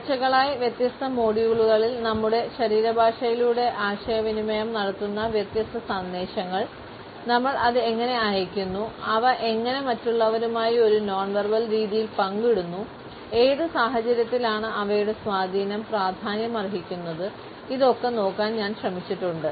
ആഴ്ചകളായി വ്യത്യസ്ത മൊഡ്യൂളുകളിൽ നമ്മുടെ ശരീരഭാഷയിലൂടെ ആശയവിനിമയം നടത്തുന്ന വ്യത്യസ്ത സന്ദേശങ്ങൾ നമ്മൾ അത് എങ്ങനെ അയയ്ക്കുന്നു അവ എങ്ങനെ മറ്റുള്ളവരുമായി ഒരു നോൺ വെർബൽ രീതിയിൽ പങ്കിടുന്നു ഏത് സാഹചര്യത്തിലാണ് അവയുടെ സ്വാധീനം പ്രാധാന്യമർഹിക്കുന്നത് ഇതൊക്കെ നോക്കാൻ ഞാൻ ശ്രമിച്ചിട്ടുണ്ട്